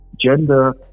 gender